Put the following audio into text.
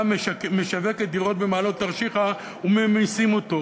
משווקת דירות במעלות-תרשיחא וממיסים אותו,